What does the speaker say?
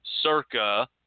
circa